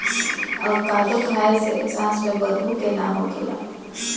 avocado खाए से सांस में बदबू के ना होखेला